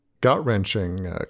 gut-wrenching